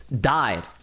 Died